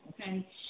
okay